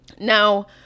now